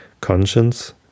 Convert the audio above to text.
Conscience